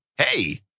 Hey